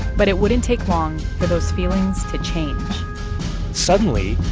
but it wouldn't take long for those feelings to change suddenly,